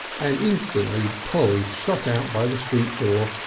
and instantly polly shot out by the street door,